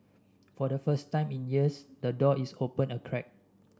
for the first time in years the door is open a crack